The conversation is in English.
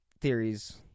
theories